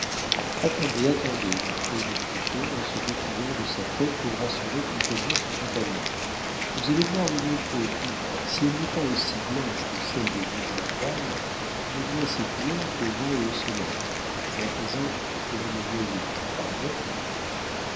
attendez attendez dit œil de faucon en se dépouillant de sa tête pour rassurer complètement son compagnon vous allez voir une peau qui si elle n'est pas aussi blanche que celle des deux jeunes dames ne doit ses couleurs qu'au vent et au soleil et à présent que vous me voyez parlons d'affaires